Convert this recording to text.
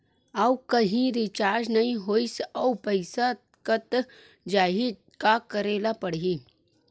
आऊ कहीं रिचार्ज नई होइस आऊ पईसा कत जहीं का करेला पढाही?